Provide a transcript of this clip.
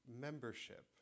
membership